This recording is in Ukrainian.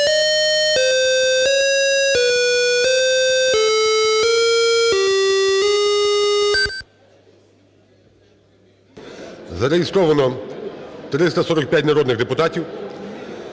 Зареєстровано 345 народних депутатів.